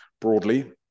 Broadly